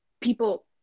people